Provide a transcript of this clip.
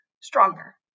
stronger